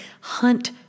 hunt